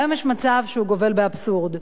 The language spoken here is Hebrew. היום יש מצב שגובל באבסורד.